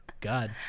God